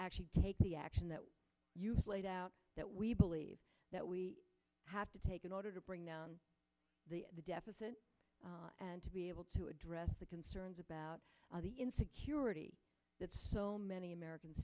actually take the action that we laid out that we believe that we have to take in order to bring down the deficit and to be able to address the concerns about the insecurity that so many americans